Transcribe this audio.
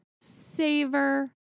Savor